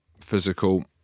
physical